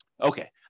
Okay